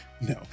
no